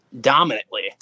dominantly